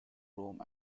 rome